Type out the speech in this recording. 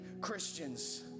Christians